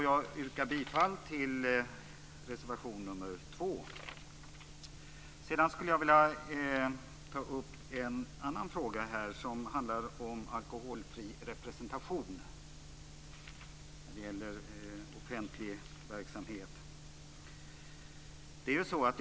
Jag yrkar bifall till reservation nr 2. Sedan skulle jag vilja ta upp en annan fråga. Den handlar om alkoholfri representation. Det gäller offentlig verksamhet.